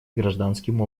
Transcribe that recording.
гражданским